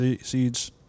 Seeds